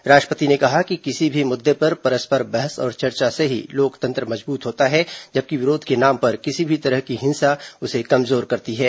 राष्ट्रपति ने कहा कि किसी भी मुद्दे पर परस्पर बहस और चर्चा से ही लोकतंत्र मजबूत होता है जबकि विरोध के नाम पर किसी भी तरह की हिंसा उसे कमजोर करती है